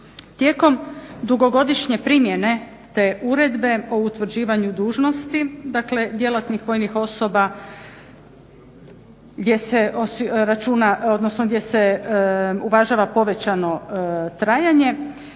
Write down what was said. Tijekom dugogodišnje primjene te uredbe o utvrđivanju dužnosti dakle djelatnih vojnih osoba gdje se uvažava povećano trajanje